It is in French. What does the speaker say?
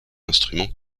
instrument